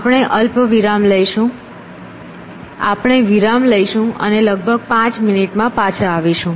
આપણે વિરામ લઈશું અને લગભગ પાંચ મિનિટમાં પાછા આવીશું